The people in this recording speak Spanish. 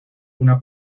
una